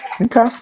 Okay